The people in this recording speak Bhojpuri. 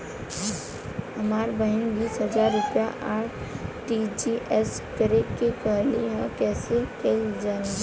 हमर बहिन बीस हजार रुपया आर.टी.जी.एस करे के कहली ह कईसे कईल जाला?